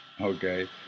okay